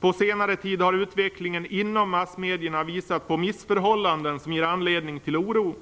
På senare tid har utvecklingen inom massmedierna visat på missförhållanden som ger anledning till oro.